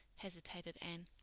hesitated anne.